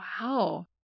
Wow